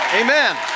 Amen